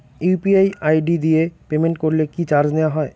UPI ID দিয়ে payment করলে কি চার্জ নেয়া হয়?